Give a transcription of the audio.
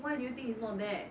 why do you think it's not there